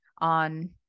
on